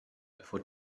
before